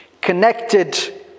connected